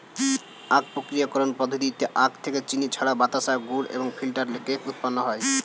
আখ প্রক্রিয়াকরণ পদ্ধতিতে আখ থেকে চিনি ছাড়াও বাতাসা, গুড় এবং ফিল্টার কেক উৎপন্ন হয়